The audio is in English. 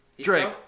drake